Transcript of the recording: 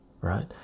right